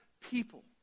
people